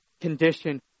condition